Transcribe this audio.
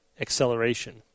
acceleration